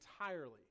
entirely